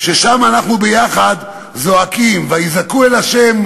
שבו אנחנו יחד זועקים: "ויזעקו אל ה'